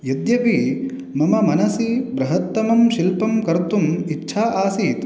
यद्यपि मम मनसि बृहत्तमं शिल्पं कर्तुम् इच्छा आसीत्